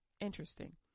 Interesting